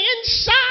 inside